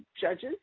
judges